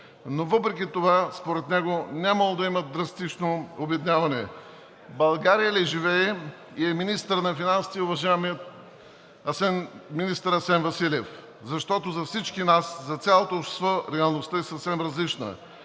но въпреки това според него нямало да има драстично обедняване. В България ли живее и министър на финансите ли е уважаемият министър Асен Василев? Защото за всички нас, за цялото общество реалността е съвсем различна.